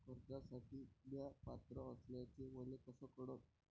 कर्जसाठी म्या पात्र असल्याचे मले कस कळन?